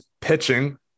pitching